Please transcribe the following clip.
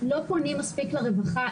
לא פונים מספיק לרווחה.